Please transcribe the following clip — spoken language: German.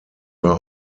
war